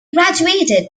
graduated